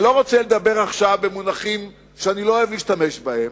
אני לא רוצה לדבר עכשיו במונחים שאני לא אוהב להשתמש בהם,